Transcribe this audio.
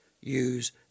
use